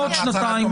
מעצר עד תום